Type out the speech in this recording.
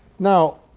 now,